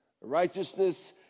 Righteousness